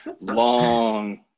Long